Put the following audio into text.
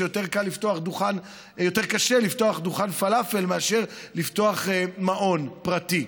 שיותר קשה לפתוח דוכן פלאפל מאשר לפתוח מעון פרטי.